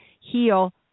heal